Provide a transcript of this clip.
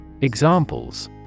Examples